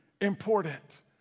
important